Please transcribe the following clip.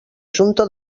junta